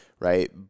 Right